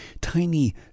tiny